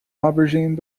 aubergine